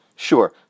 Sure